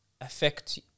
affect